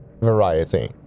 variety